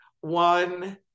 one